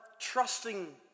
trusting